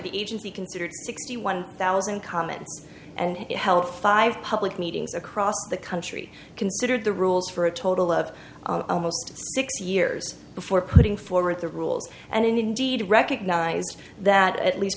the agency considered sixty one thousand comments and help five public meetings across the country considered the rules for a total of almost six years before putting forward the rules and indeed recognized that at least